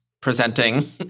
presenting